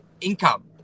income